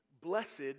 Blessed